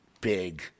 big